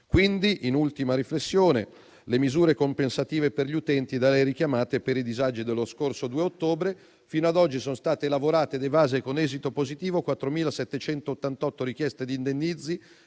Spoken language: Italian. Quindi, come ultima riflessione, le misure compensative per gli utenti richiamate dall'interrogante per i disagi dello scorso 2 ottobre fino ad oggi sono state lavorate ed evase con esito positivo 4.788 richieste di indennizzi